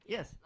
Yes